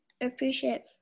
appreciate